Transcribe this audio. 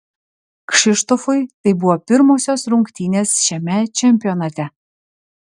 kšištofui tai buvo pirmosios rungtynės šiame čempionate